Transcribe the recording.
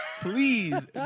please